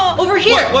over here.